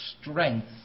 strength